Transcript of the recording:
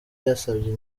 yasabye